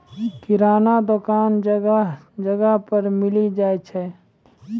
किराना दुकान जगह जगह पर मिली जाय छै